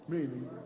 Meaning